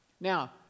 Now